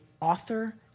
author